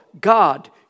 God